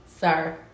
sir